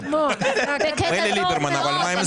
בקטע טוב מאוד.